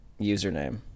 username